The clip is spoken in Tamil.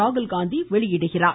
ராகுல்காந்தி வெளியிடுகிறார்